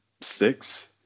six